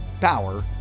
power